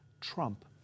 trump